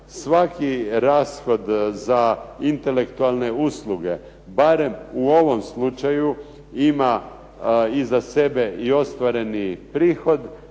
svaki rashod za intelektualne usluge, barem u ovom slučaju ima iza sebe ostvareni prihod,